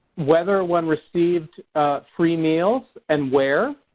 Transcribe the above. whether one received free meals and where,